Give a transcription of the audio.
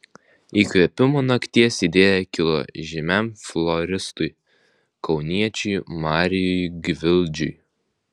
įkvėpimo nakties idėja kilo žymiam floristui kauniečiui marijui gvildžiui